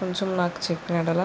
కొంచెం నాకు చెప్పిన యెడల